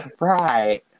Right